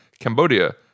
Cambodia